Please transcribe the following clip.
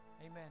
amen